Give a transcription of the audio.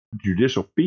judicial